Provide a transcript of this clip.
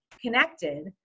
connected